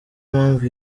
mpavu